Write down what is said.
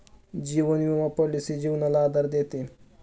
जीवन विमा पॉलिसी जीवनाला आधार देते